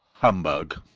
humbug!